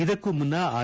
ಇದಕ್ಕೂ ಮುನ್ನ ಆರ್